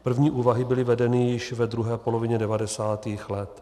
První úvahy byly vedeny již ve druhé polovině 90. let.